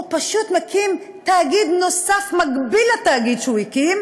הוא פשוט מקים תאגיד נוסף מקביל לתאגיד שהוא הקים,